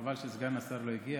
חבל שסגן השר לא הגיע,